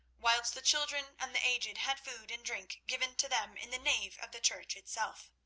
whilst the children and the aged had food and drink given to them in the nave of the church itself.